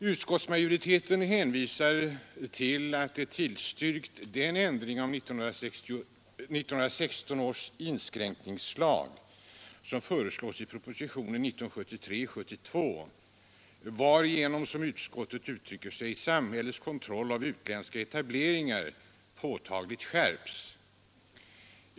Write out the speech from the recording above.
Utskottsmajoriteten hänvisar till att den tillstyrkt den ändring av 1916 års inskränkningslag som föreslås i propositionen 72, varigenom, som utskottet uttrycker sig, ”samhällets kontroll av utländska etableringar påtagligt skärps”.